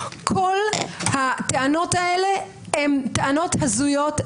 כל הטענות האלה הן טענות הזויות,